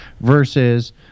versus